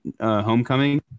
Homecoming